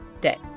day